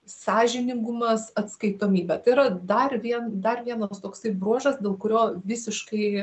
sąžiningumas atskaitomybė tai yra dar vien dar vienas toksai bruožas dėl kurio visiškai